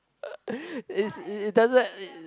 is it it doesn't